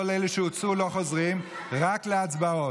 כל אלה שהוצאו לא חוזרים, רק להצבעות.